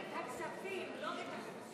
איציק, תעביר את הכספים, לא את החוקים.